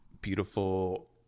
beautiful